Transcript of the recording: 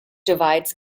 divides